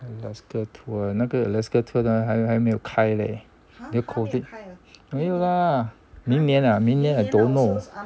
alaska tour 那个 alaska tour 的还还没有开 leh the COVID 没有啦明年 lah 明年 I don't know